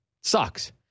sucks